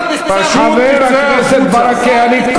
חבר הכנסת ברכה.